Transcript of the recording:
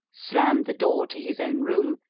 slammed the door to his own room,